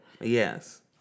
Yes